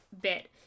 bit